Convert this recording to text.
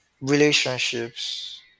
relationships